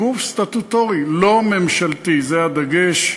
היא גוף סטטוטורי לא ממשלתי, זה הדגש,